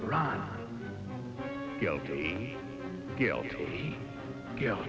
run guilty guilty guilty